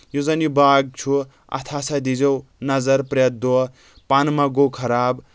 یُس زن یہِ باغ چھُ اتھ ہسا دیزیٚو نظر پرٛؠتھ دۄہ پن ما گوٚو خراب